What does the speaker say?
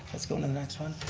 let's go to the next one,